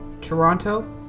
Toronto